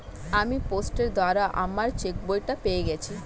আমি পোস্টের দ্বারা আমার চেকবইটা পেয়ে গেছি